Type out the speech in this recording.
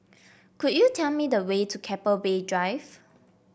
could you tell me the way to Keppel Bay Drive